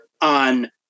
on